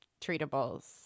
treatables